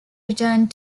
returned